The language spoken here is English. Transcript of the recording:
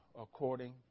According